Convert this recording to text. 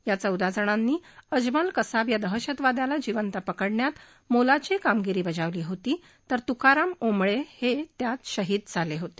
या चौदा जणांनी अजमल कसाब या दहशतवाद्याला जिवंत पकडण्यात मोलाची कामगीरी बजावली होती तर तुकाराम ओबंळे हे त्यात शहीद झाले होते